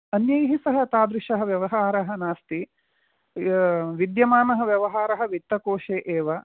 अन्यैः सह तादृशः व्यवहारः नास्ति विद्यमानः व्यवहारः वित्तकोशे एव